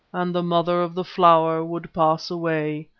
and the mother of the flower would pass away,